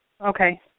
Okay